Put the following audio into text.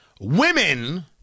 women